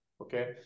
Okay